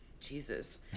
Jesus